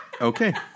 Okay